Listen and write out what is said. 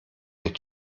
nicht